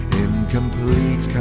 incomplete